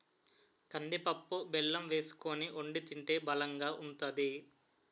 కందిపప్పు బెల్లం వేసుకొని వొండి తింటే బలంగా ఉంతాది